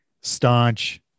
staunch